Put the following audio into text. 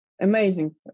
amazing